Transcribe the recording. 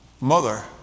mother